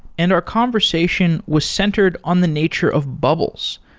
and our conversation was centered on the nature of bubbles.